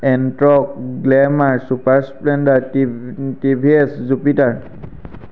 Ntorq Glamour Super Splendor T T V S Jupiter